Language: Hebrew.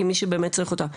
כי מי שבאמת צריך אותה,